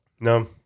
No